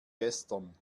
gestern